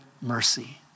mercy